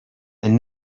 and